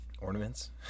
Ornaments